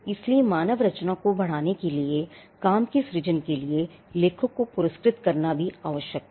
इसलिए मानव रचना को बढ़ावा देने के लिए काम के सृजन के लिए लेखक को पुरस्कृत करना आवश्यक था